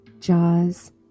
jaws